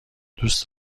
دوست